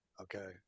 Okay